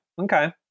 okay